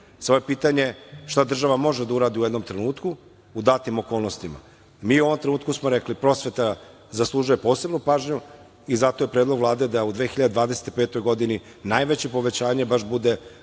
samo je pitanje šta država može da uradi u jednom trenutku, u datim okolnostima. Mi u ovom trenutku smo rekli – prosveta zaslužuje posebnu pažnju i zato je predlog Vlade da u 2025. godini najveće povećanje baš bude